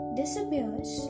disappears